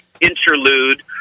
interlude